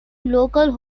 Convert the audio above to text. local